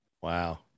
wow